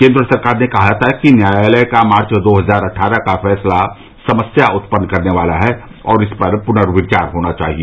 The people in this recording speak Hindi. केन्द्र सरकार ने कहा था कि न्यायालय का मार्च दो हजार अट्ठारह का फैसला समस्या उत्पन्न करने वाला है और इस पर पुनर्विचार होना चाहिए